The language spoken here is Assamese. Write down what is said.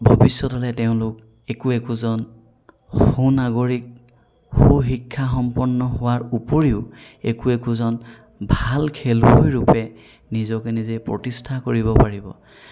ভৱিষ্যতলৈ তেওঁলোক একো একোজন সুনাগৰিক সুশিক্ষা সম্পন্ন হোৱাৰ উপৰিও একো একোজন ভাল খেলুৱৈ ৰূপে নিজকে নিজে প্ৰতিষ্ঠা কৰিব পাৰিব